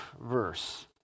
verse